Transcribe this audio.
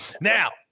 Now